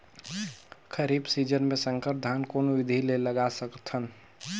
खरीफ season मे संकर धान कोन विधि ले लगा सकथन?